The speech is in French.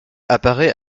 apparaît